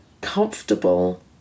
comfortable